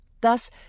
Thus